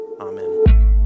Amen